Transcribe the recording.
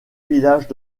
villages